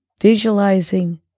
visualizing